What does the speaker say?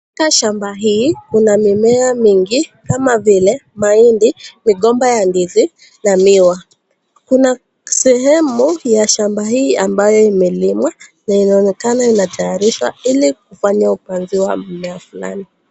Katika shamba hii kuna mimea mingi kama vile mahindi, migomba ya ndizi na miwa. Kuna sehemu ya shamba hii ambayo imelimwa, na inaonekana inatayarishwa ili kufanywa upanzi wa mmea fulani.